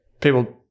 people